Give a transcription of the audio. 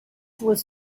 was